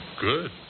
good